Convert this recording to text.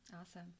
Awesome